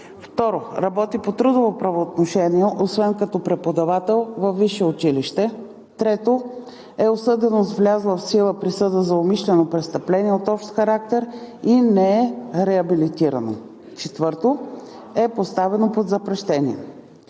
2. работи по трудово правоотношение, освен като преподавател във висше училище; 3. е осъдено с влязла в сила присъда за умишлено престъпление от общ характер и не е реабилитирано; 4. е поставено под запрещение.